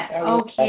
Okay